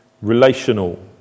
Relational